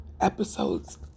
episodes